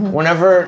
Whenever